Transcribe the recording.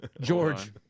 George